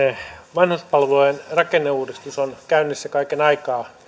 vanhuspalvelujen rakenneuudistus on käynnissä kaiken aikaa